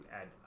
add